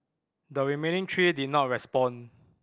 the remaining three did not respond